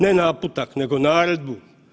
Ne naputak nego naredbu.